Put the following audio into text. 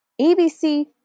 ABC